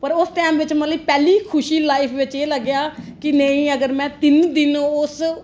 पर ओह् उस टैंम च मतलब कि पैहली खुशी लाइफ च एह् लग्गेआ कि नेई अगर में तिन दिन उस